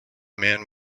man